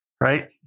Right